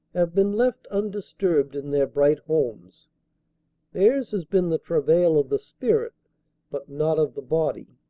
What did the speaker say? have been left undisturbed in their bright homes theirs has been the travail of the spirit but not of the body.